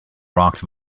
rocked